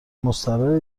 مستراحه